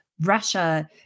Russia